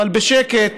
אבל בשקט